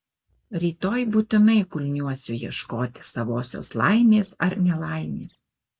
rytoj būtinai kulniuosiu ieškoti savosios laimės ar nelaimės